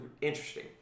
interesting